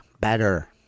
better